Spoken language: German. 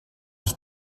ich